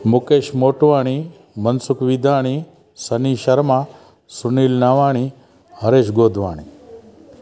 Mukesh Motwani Mansukh Vidani Sunny Sharma Sunil Nawani Harish Godwani